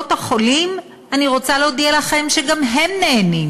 וקופות-החולים, אני רוצה להודיע לכם שגם הם נהנים,